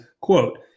quote